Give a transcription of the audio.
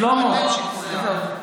שלמה, עזוב.